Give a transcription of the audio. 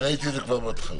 אני ראיתי את זה כבר בהתחלה.